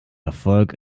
erfolg